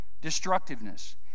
destructiveness